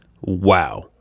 Wow